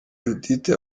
judithe